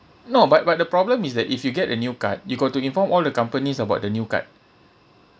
no but but the problem is that if you get a new card you got to inform all the companies about the new card